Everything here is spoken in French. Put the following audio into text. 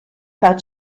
par